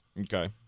okay